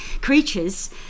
creatures